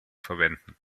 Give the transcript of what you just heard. verwenden